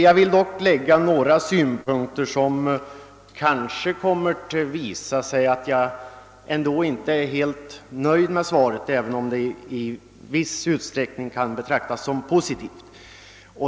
Jag vill dock framföra några synpunkter, som kanske kommer att visa att jag inte är helt nöjd med svaret, även om det i viss utsträckning kan betraktas som positivt.